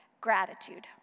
gratitude